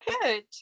Good